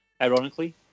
Ironically